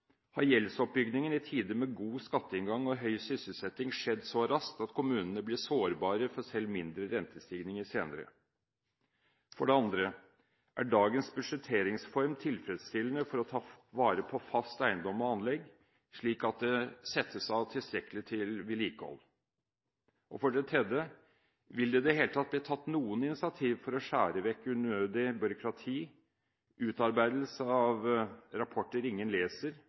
Har gjeldsoppbyggingen i tider med god skatteinngang og høy sysselsetting skjedd så raskt at kommunene blir sårbare for selv mindre rentestigninger senere? For det andre: Er dagens budsjetteringsform tilfredsstillende for å ta vare på fast eiendom og anlegg, slik at det settes av tilstrekkelig til vedlikehold? For det tredje: Vil det i det hele tatt bli tatt noen initiativ for å skjære vekk unødig byråkrati – utarbeidelse av rapporter ingen leser,